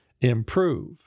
improve